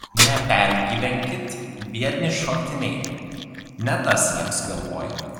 nepergyvenkit biedni šokti neina ne tas jiems galvoj